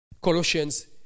Colossians